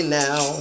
now